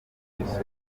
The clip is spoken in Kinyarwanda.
umukobwa